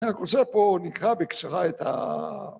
רק רוצה פה נקרא בקצרה את ה...